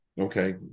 Okay